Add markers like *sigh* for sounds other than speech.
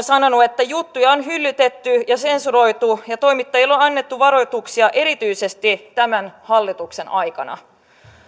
*unintelligible* sanonut että juttuja on hyllytetty ja sensuroitu ja toimittajille on annettu varoituksia erityisesti tämän hallituksen aikana